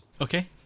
Okay